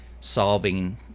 solving